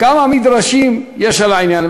כמה מדרשים יש על העניין.